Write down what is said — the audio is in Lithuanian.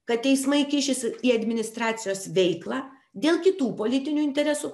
kad teismai kišis į administracijos veiklą dėl kitų politinių interesų